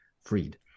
freed